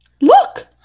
Look